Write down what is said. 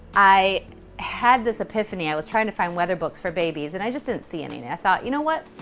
i had this epiphany. i was trying to find weather books for babies. and i just didn't see anything. i thought, you know what?